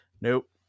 Nope